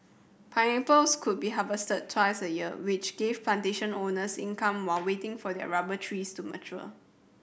pineapples could be harvested twice a year which gave plantation owners income while waiting for their rubber trees to mature